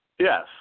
Yes